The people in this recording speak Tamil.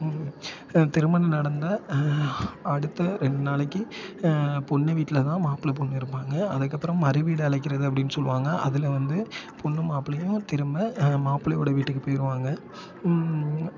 திருமணம் நடந்தால் அடுத்த ரெண்டு நாளைக்கு பொண்ணு வீட்டில் தான் மாப்பிள்ளை பொண்ணு இருப்பாங்க அதுக்கப்புறம் மறுவீடு அழைக்கிறது அப்படின்னு சொல்லுவாங்கள் அதில் வந்து பொண்ணு மாப்பிள்ளையும் திரும்ப மாப்பிள்ளையோட வீட்டுக்கு போயிடுவாங்க